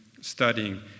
studying